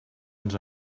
ens